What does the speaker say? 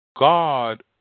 God